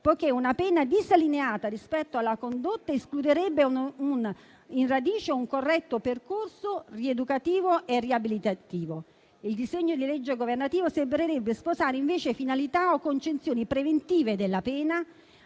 poiché una pena disallineata rispetto alla condotta escluderebbe in radice un corretto percorso rieducativo e riabilitativo. Il disegno di legge governativo sembrerebbe sposare invece finalità o concezioni preventive della pena,